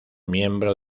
miembro